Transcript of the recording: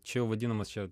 čia jau vadinamas čia